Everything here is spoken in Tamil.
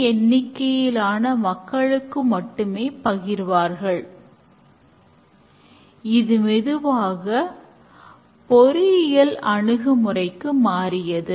ஒரு ஸ்பரின்ட் பேக்லாக் முடியும்போது அதற்கான மதிப்பீடு கூட்டம் நடைபெறும்